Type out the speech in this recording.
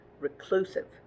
reclusive